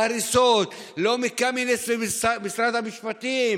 ההריסות, לא מקמיניץ ממשרד המשפטים.